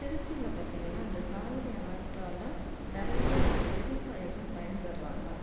திருச்சியில் பார்த்திங்கன்னா அந்த காவரி ஆற்றால நிறைய விவசாயிகள் பயன்பெறாங்க